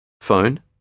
Phone